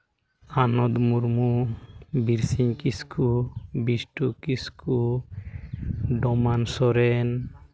Anod Murmu Birsing Kisku Bistu Kisku Doman Soren